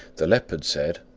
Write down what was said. the leopard said,